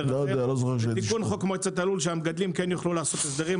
כדי שהמגדלים כן יוכלו לעשות הסדרים.